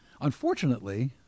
Unfortunately